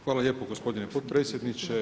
Hvala lijepo gospodine potpredsjedniče.